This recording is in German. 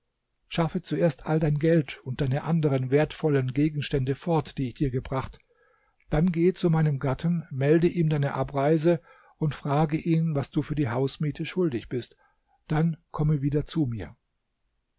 schaffe zuerst all dein geld und deine anderen wertvollen gegenstände fort die ich dir gebracht dann gehe zu meinem gatten melde ihm deine abreise und frage ihn was du für die hausmiete schuldig bist dann komme wieder zu mir